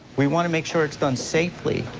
we want to make sure it is done safely.